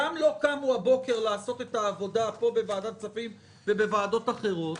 גם לא קמו הבוקר לעשות את העבודה פה בוועדת הכספים ובוועדות אחרות,